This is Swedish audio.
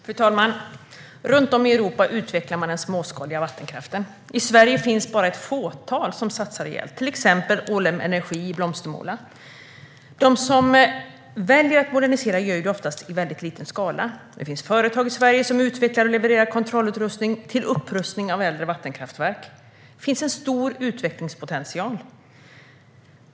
Fru talman! Runt om i Europa utvecklar man den småskaliga vattenkraften. I Sverige finns bara ett fåtal som satsat rejält, till exempel Ålem Energi i Blomstermåla. De som väljer att modernisera gör det oftast i väldigt liten skala. Det finns företag i Sverige som utvecklar och levererar kontrollutrustning för upprustning av äldre vattenkraftverk. Det finns en stor utvecklingspotential.